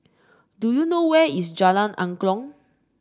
do you know where is Jalan Angklong